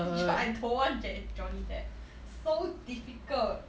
j~ I don't want jo~ Johnny Depp so difficult